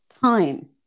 time